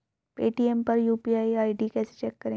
Paytm पर UPI ID कैसे check करें?